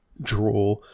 draw